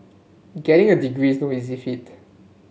getting a degree is no easy feat